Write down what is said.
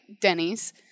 Denny's